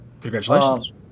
Congratulations